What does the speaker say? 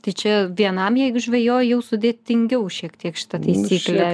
tai čia vienam jeigu žvejoji jau sudėtingiau šiek tiek šitą taisyklę